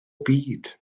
byd